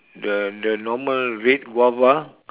the the normal red guava